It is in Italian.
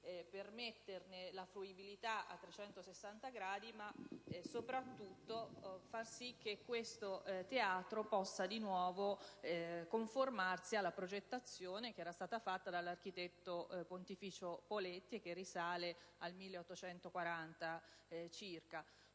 permetterne la fruibilità a 360 gradi, ma soprattutto far sì che questo teatro possa di nuovo conformarsi alla progettazione dell'architetto pontificio Poletti e che risale al 1840 circa.